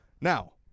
Now